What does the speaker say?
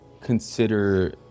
consider